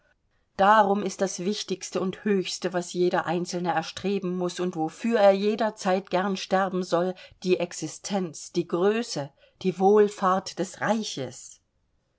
darum ist das wichtigste und höchste was jeder einzelne erstreben muß und wofür er jederzeit gern sterben soll die existenz die größe die wohlfahrt des reiches